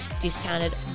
discounted